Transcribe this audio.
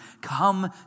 come